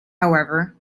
however